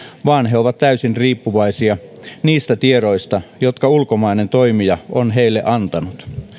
vaan he ovat täysin riippuvaisia niistä tiedoista jotka ulkomainen toimija on heille antanut